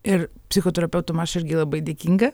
ir psichoterapeutam aš irgi labai dėkinga